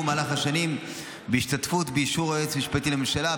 במהלך השנים בהשתתפות ובאישור היועץ המשפטי לממשלה,